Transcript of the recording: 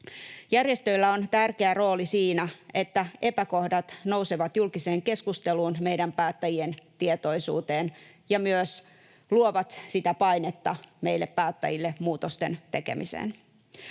Järjestöillä on tärkeä rooli siinä, että epäkohdat nousevat julkiseen keskusteluun, meidän päättäjien tietoisuuteen ja myös luovat sitä painetta meille päättäjille muutosten tekemiseen.